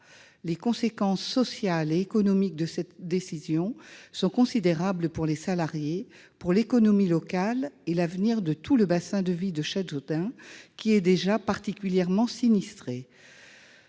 Les conséquences sociales et économiques de cette décision sont considérables pour les salariés, pour l'économie locale et pour l'avenir de tout le bassin de vie de Châteaudun, qui est déjà particulièrement sinistré.